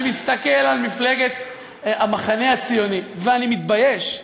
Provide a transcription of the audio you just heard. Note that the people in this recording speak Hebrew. אני מסתכל על מפלגת המחנה הציוני, ואני מתבייש.